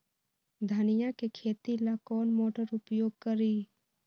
धनिया के खेती ला कौन मोटर उपयोग करी?